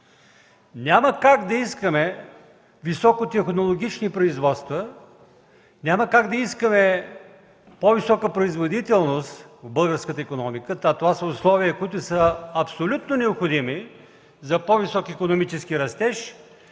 Няма как да искаме високотехнологични производства, няма как да искаме по-висока производителност в българската икономика – това са условия, които са абсолютно необходими за по-висок икономически растеж,